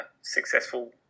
successful